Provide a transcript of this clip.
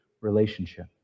relationship